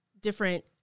different